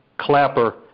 Clapper